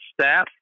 staff